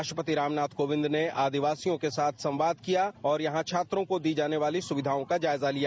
राष्ट्रपति रामनाथ कोविंद ने आदिवासियों के साथ संवाद किया और यहां छात्रों को दी जाने वाली सुविधाओं का जायजा लिया